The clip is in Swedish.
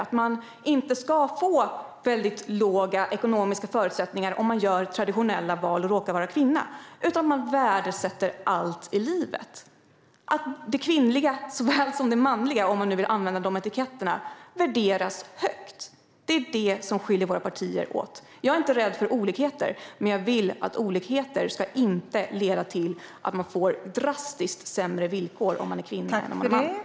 Man ska inte få väldigt små ekonomiska förutsättningar om man gör traditionella val och råkar vara kvinna, utan man ska kunna värdesätta allt i livet. Det kvinnliga såväl som det manliga, om man nu vill använda de etiketterna, värderas högt. Det är det som skiljer våra partier åt. Jag är inte rädd för olikheter. Men jag vill att olikheter inte ska leda till att man får drastiskt sämre villkor om man är kvinna än om man är man.